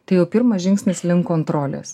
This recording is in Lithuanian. tai jau pirmas žingsnis link kontrolės